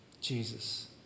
Jesus